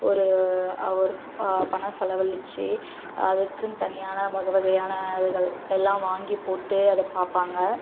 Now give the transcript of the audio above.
ஒரு அவர் பணம் செலவழிச்சி அதுக்குன்னு தனியான வக வகையானவைகள் எல்லாம் வாங்கிப் போட்டு அதை பார்ப்பாங்க